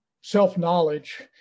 self-knowledge